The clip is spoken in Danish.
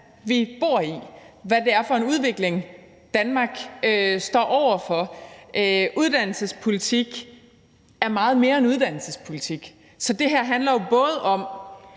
vi bor i, og hvad det er for en udvikling, Danmark står over for. Uddannelsespolitik er jo meget mere end uddannelsespolitik, for det handler jo både om